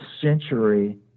century